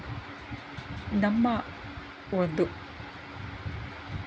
ನಮ್ಮ ಒಂದು